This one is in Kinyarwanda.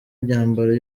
imyambaro